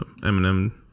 Eminem